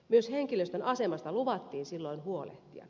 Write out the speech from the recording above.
myös henkilöstön asemasta luvattiin silloin huolehtia